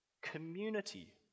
Community